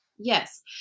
Yes